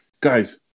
guys